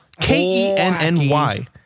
K-E-N-N-Y